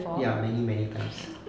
ya many many times